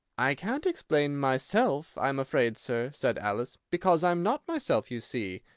i can't explain myself, i'm afraid, sir, said alice, because i'm not myself, you see.